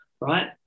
right